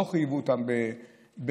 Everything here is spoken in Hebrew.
ולא חייבו אותם בתאורה,